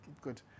Good